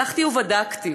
הלכתי ובדקתי.